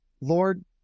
Lord